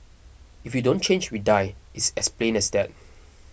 if we don't change we die it's as plain as that